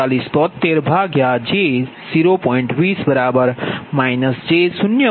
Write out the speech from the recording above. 20 j0